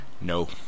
no